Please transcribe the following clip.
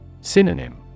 Synonym